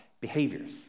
behaviors